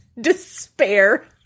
despair